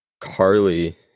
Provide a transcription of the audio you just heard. Carly